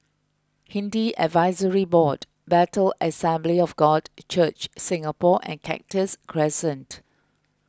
Hindu Advisory Board Bethel Assembly of God Church Singapore and Cactus Crescent